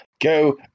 go